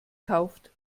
kauft